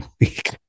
week